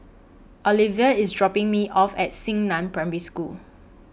Oliva IS dropping Me off At Xingnan Primary School